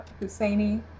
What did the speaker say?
Husseini